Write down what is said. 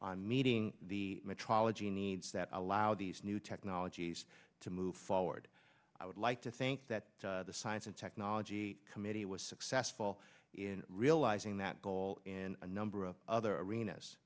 on meeting the metrology needs that allow these new technologies to move forward i would like to think that the science and technology committee was successful in realizing that goal in a number of other